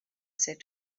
said